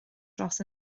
dros